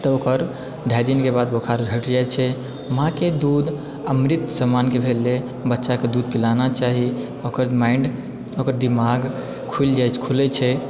तऽ ओकर ढ़ाइ दिन के बाद बोखार हटि जाइ छै माँ के दूध अमृत सामान भेलै बच्चाके दूध पिलाना चाही ओकर माइंड ओकर दिमाग खुलि जा छै